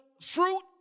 fruit